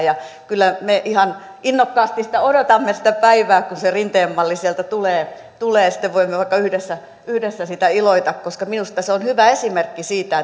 ja kyllä me ihan innokkaasti odotamme sitä päivää kun se rinteen malli sieltä tulee tulee sitten voimme vaikka yhdessä yhdessä siitä iloita koska minusta se on hyvä esimerkki siitä